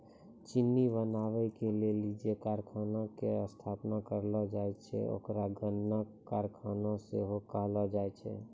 चिन्नी बनाबै के लेली जे कारखाना के स्थापना करलो जाय छै ओकरा गन्ना कारखाना सेहो कहलो जाय छै